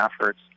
efforts